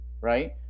right